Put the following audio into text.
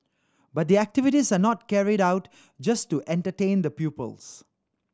but the activities are not carried out just to entertain the pupils